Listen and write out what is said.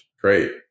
great